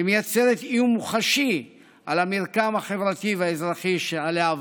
שמייצרת איום מוחשי על המרקם החברתי והאזרחי שעליו